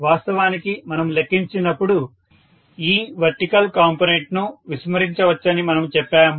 వాస్తవానికి మనము లెక్కించినప్పుడు ఈ వర్టికల్ కాంపోనెంట్ ను విస్మరించవచ్చని మనము చెప్పాము